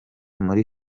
muri